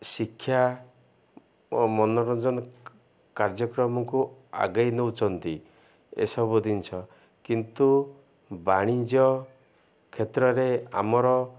ଶିକ୍ଷା ଓ ମନୋରଞ୍ଜନ କାର୍ଯ୍ୟକ୍ରମକୁ ଆଗେଇ ନେଉଛନ୍ତି ଏସବୁ ଜିନିଷ କିନ୍ତୁ ବାଣିଜ୍ୟ କ୍ଷେତ୍ରରେ ଆମର